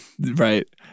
Right